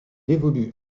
évolue